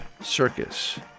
Circus